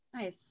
Nice